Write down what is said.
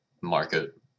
market